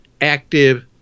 active